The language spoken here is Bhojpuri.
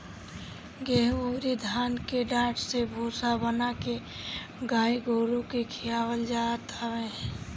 गेंहू अउरी धान के डाठ से भूसा बना के गाई गोरु के खियावल जात हवे